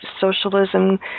socialism